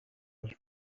with